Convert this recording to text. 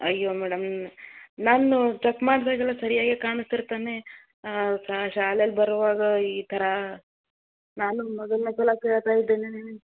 ಅಯ್ಯೋ ಮೇಡಮ್ ನಾನು ಚಕ್ ಮಾಡಿದಾಗೆಲ್ಲ ಸರ್ಯಾಗಿ ಕಾಣಿಸ್ತಿರ್ತಾನೆ ಶಾಲೇಲಿ ಬರೋವಾಗ ಈ ಥರ ನಾನು ಮೊದಲನೆ ಸಲ ಕೇಳ್ತಾ ಇದ್ದೀನೀ